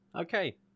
Okay